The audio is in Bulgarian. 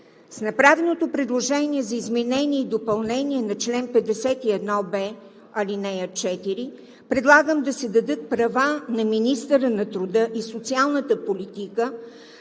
С направеното предложение за изменение и допълнение на чл. 51б, ал. 4 предлагам да се дадат права на министъра на труда и социалната политика